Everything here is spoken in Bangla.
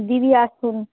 দিদি আসুন